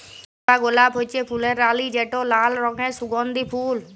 রজ বা গোলাপ হছে ফুলের রালি যেট লাল রঙের সুগল্ধি ফল